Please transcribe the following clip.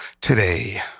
today